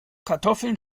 kartoffeln